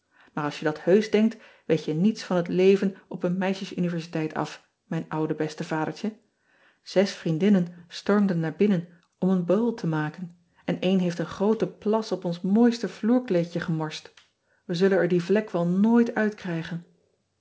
aar als je dat heusch denkt weet je niets van het leven op een meisjes universiteit af mijn oude beste adertje es vriendinnen stormden naar binnen om een bowl te maken en één heeft een groote plas op ons mooiste vloerkleedje gemorst e zullen er die vlek wel nooit uitkrijgen